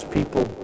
people